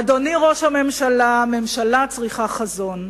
אדוני ראש הממשלה, ממשלה צריכה חזון.